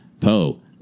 Poe